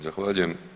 Zahvaljujem.